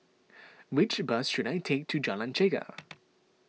which bus should I take to Jalan Chegar